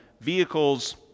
Vehicles